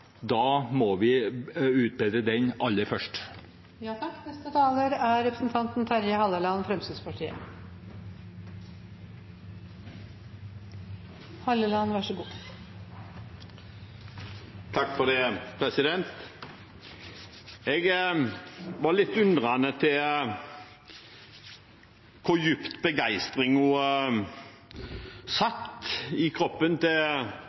Da må vi utbedre den aller først. Jeg var litt undrende til hvor dypt begeistringen satt i kroppen til